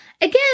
Again